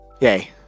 Yay